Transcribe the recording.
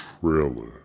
trailer